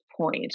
point